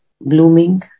blooming